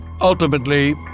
Ultimately